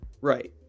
right